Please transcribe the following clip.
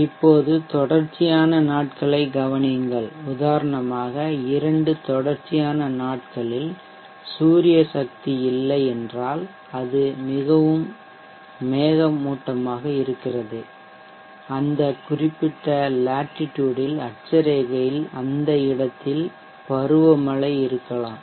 இப்போது தொடர்ச்சியான நாட்களைக் கவனியுங்கள் உதாரணமாக இரண்டு தொடர்ச்சியான நாட்களில் சூரிய சக்தி இல்லை என்றால் அது மிகவும் மேகமூட்டமாக இருக்கிறது அந்த குறிப்பிட்ட லேட்டிடுட் ல் அட்சரேகையில் அந்த இடத்தில் பருவமழை இருக்கலாம்